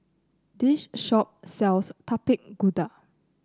this shop sells Tapak Kuda